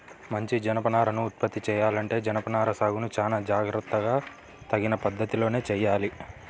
మంచి జనపనారను ఉత్పత్తి చెయ్యాలంటే జనపనార సాగును చానా జాగర్తగా తగిన పద్ధతిలోనే చెయ్యాలి